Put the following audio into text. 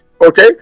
okay